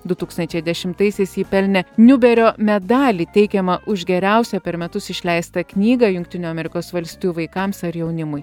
du tūkstančiai dešimtaisiais ji pelnė niuberio medalį teikiamą už geriausią per metus išleistą knygą jungtinių amerikos valstijų vaikams ar jaunimui